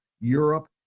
europe